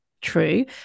true